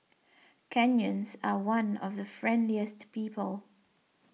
Kenyans are one of the friendliest people